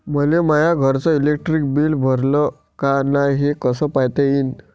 मले माया घरचं इलेक्ट्रिक बिल भरलं का नाय, हे कस पायता येईन?